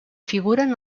figuren